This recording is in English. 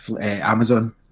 Amazon